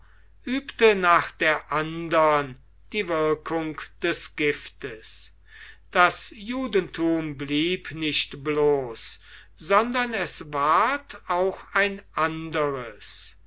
übte nach der andern die wirkung des giftes das judentum blieb nicht bloß sondern es ward auch ein anderes